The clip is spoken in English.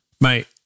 mate